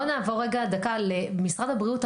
בואו נעבור רגע למשרד הבריאות,